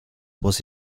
was